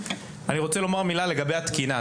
גם ארצה לומר מילה לגבי התקינה.